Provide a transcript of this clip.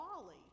Wally